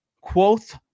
Quoth